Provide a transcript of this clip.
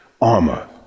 armor